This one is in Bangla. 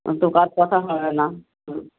অত কাজ কথা হয় না হুম